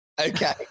Okay